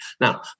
Now